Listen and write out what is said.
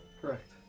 Correct